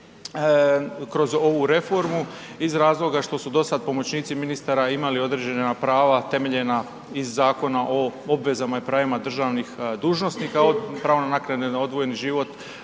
kroz ovu reformu iz razloga što su do sada pomoćnici ministara imali određena prava temeljena iz Zakona o obvezama i pravima državnih dužnosnika od pravo naknade na odvojeni život,